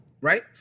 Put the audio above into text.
right